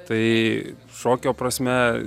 tai šokio prasme